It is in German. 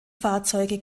fahrzeuge